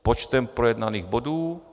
Počtem projednaných bodů?